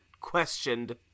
questioned